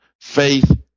faith